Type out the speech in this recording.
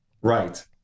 Right